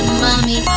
mommy